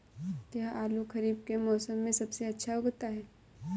क्या आलू खरीफ के मौसम में सबसे अच्छा उगता है?